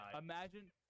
imagine